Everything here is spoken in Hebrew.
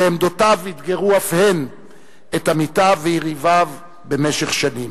ועמדותיו אתגרו אף הן את עמיתיו ויריביו במשך שנים.